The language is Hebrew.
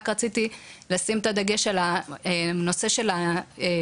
רק רציתי לשים את הדגש על הנושא של הניצול